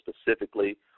specifically